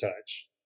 touch